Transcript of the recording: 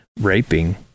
raping